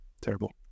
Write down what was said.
terrible